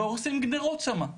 והורסים גדרות שם.